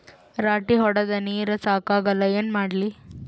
ರಾಟಿ ಹೊಡದ ನೀರ ಸಾಕಾಗಲ್ಲ ಏನ ಮಾಡ್ಲಿ?